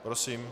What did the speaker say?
Prosím.